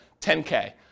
10K